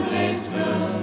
listen